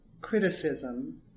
criticism